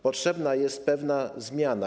Potrzebna jest pewna zmiana.